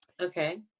Okay